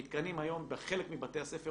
המתקנים היום בחלק מבתי הספר,